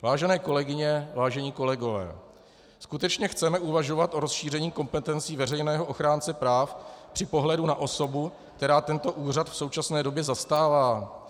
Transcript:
Vážené kolegyně, vážení kolegové, skutečně chceme uvažovat o rozšíření kompetencí veřejného ochránce práv při pohledu na osobu, která tento úřad v současné době zastává?